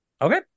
Okay